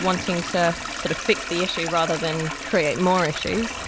wanting to sort of fix the issue rather than create more issues.